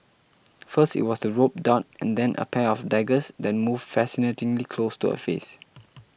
first it was the rope dart and then a pair of daggers that moved fascinatingly close to her face